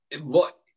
look